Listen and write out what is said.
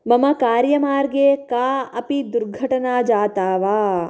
मम कार्यमार्गे का अपि दुर्घटना जाता वा